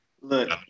Look